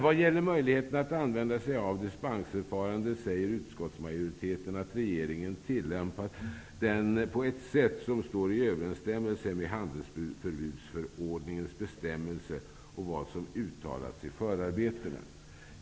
Vad gäller möjligheten att använda sig av dispensförfarandet säger utskottsmajoriteten att regeringen tillämpat den ''på ett sätt som står i överensstämmelse med handelsförbudsförordningens bestämmelser och vad som uttalats i förarbetena''.